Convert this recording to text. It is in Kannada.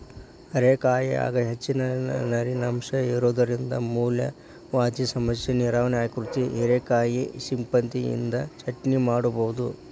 ಹೇರೆಕಾಯಾಗ ಹೆಚ್ಚಿನ ನೇರಿನಂಶ ಇರೋದ್ರಿಂದ ಮೂಲವ್ಯಾಧಿ ಸಮಸ್ಯೆ ನಿವಾರಣೆ ಆಕ್ಕೆತಿ, ಹಿರೇಕಾಯಿ ಸಿಪ್ಪಿನಿಂದ ಚಟ್ನಿ ಮಾಡಬೋದು